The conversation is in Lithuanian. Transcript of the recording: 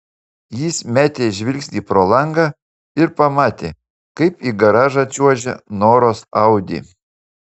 jis metė žvilgsnį pro langą ir pamatė kaip į garažą čiuožia noros audi